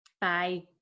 Bye